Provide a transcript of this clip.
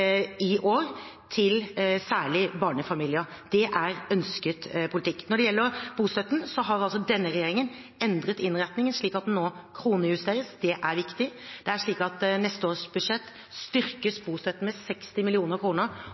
startlån i år, særlig til barnefamilier. Det er en ønsket politikk. Når det gjelder bostøtten, har denne regjeringen endret innretningen slik at den nå kronejusteres. Det er viktig. I neste års budsjett styrkes bostøtten med 60